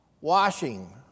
washing